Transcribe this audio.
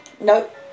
Nope